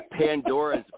Pandora's